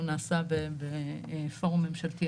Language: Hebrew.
הוא נעשה בפורום ממשלתי,